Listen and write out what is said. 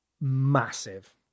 massive